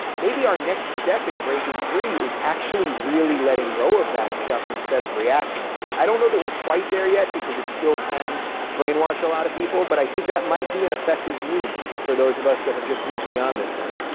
maybe our next step in breaking free is actually really letting go of that stuff instead of reacting to it. i don't know that we're quite there yet because it still can brainwash a lot of people, but i think that might be an effective move for those of us that have just moved beyond this thing.